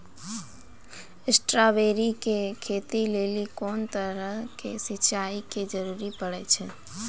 Strawberry के खेती लेली कोंन तरह के सिंचाई के जरूरी पड़े छै?